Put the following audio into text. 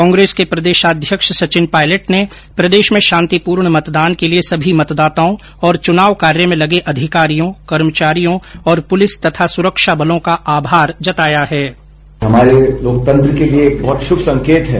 कांग्रेस के प्रदेशाध्यक्ष सचिन पायलट ने प्रदेश में शांतिपूर्ण मतदान के लिये सभी मतदाताओं और चुनाव कार्य में लगे अधिकारियों कर्मचारियों और पुलिस तथा सुरक्षा बलों का आभार जताया है